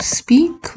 speak